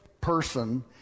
person